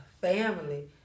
family